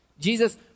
Jesus